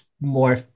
more